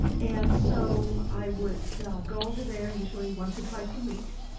and so i would go over there, usually once or twice a week,